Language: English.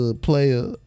Player